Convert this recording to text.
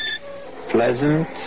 pleasant